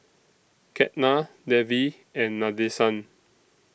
Ketna Devi and Nadesan